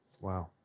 Wow